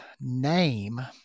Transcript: name